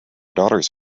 daughters